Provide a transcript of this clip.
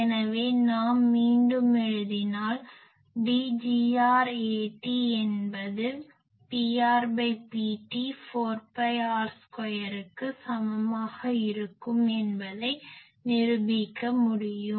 எனவே நாம் மீண்டும் எழுதினால் DgrAt என்பது PrPt 4பைR2க்கு சமமாக இருக்கும் என்பதை நிரூபிக்க முடியும்